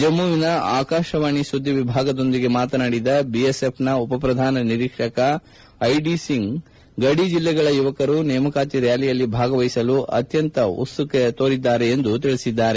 ಜಮ್ಮಿನ ಆಕಾಶವಾಣಿ ಸುದ್ದಿವಿಭಾಗದೊಂದಿಗೆ ಮಾತನಾಡಿದ ಬಿಎಸ್ಎಫ್ನ ಉಪಪ್ರಧಾನ ನಿರೀಕ್ಷಕ ಐಡಿ ಸಿಂಗ್ ಗಡಿ ಜಿಲ್ಲೆಗಳ ಯುವಕರು ನೇಮಕಾತಿ ರ್ನಾಲಿಯಲ್ಲಿ ಭಾಗವಹಿಸಲು ಅತ್ಲಂತ ಉತ್ಪುಕತೆ ತೋರುತ್ತಿದ್ದಾರೆ ಎಂದರು